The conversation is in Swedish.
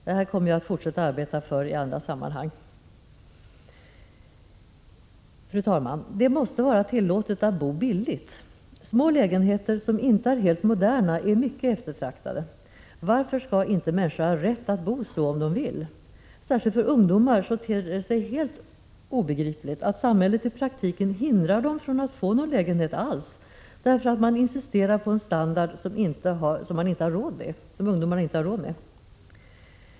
Detta kommer jag att fortsätta att arbeta för i andra sammanhang. Fru talman! Det måste vara tillåtet att bo billigt. Små lägenheter som inte är helt moderna är mycket eftertraktade. Varför skall inte människor ha rätt att bo så om de vill? Särskilt för ungdomar ter det sig helt obegripligt att samhället i praktiken hindrar dem från att över huvud taget få någon lägenhet därför att man insisterar på en standard som ungdomarna inte har råd med.